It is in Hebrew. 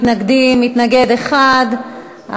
מתנגד אחד.